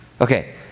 Okay